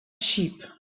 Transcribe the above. sheep